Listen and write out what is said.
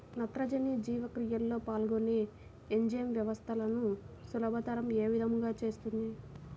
నత్రజని జీవక్రియలో పాల్గొనే ఎంజైమ్ వ్యవస్థలను సులభతరం ఏ విధముగా చేస్తుంది?